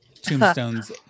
tombstones